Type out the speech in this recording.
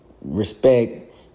respect